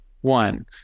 one